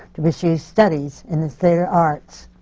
to pursue studies in the theatre arts.